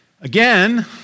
Again